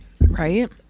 Right